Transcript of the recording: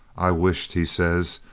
i wished, he says,